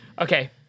Okay